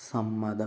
സമ്മതം